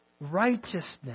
righteousness